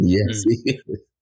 Yes